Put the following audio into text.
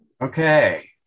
Okay